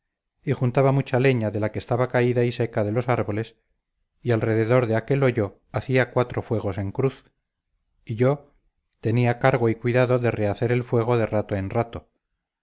y juntaba mucha leña de la que estaba caída y seca de los árboles y al derredor de aquel hoyo hacía cuatro fuegos en cruz y yo tenía cargo y cuidado de rehacer el fuego de rato en rato